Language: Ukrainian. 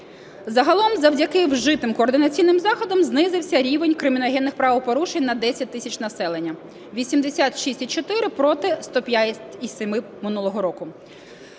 Загалом завдяки вжитим координаційним заходам знизився рівень криміногенних правопорушень на 10 тисяч населення: 86,4 проти 105,7 минулого року.